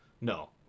no